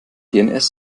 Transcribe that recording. dns